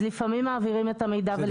אז לפעמים מעבירים את המידע ולפעמים לא.